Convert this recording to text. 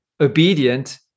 obedient